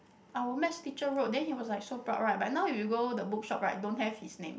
our maths teacher wrote then he was like so proud right but now if you go the bookshop right don't have his name